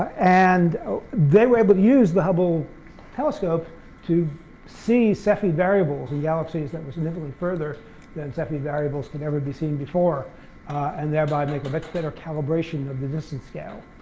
and they were able to use the hubble telescope to see cepheid variables and galaxies, that was significantly further than cepheid variables can ever be seen before and thereby make a much better calibration of the distance scale.